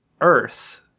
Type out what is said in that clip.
Earth